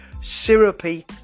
syrupy